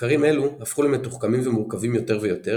מחקרים אלו הפכו למתוחכמים ומורכבים יותר ויותר